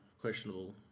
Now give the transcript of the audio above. questionable